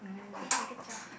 !yay! good job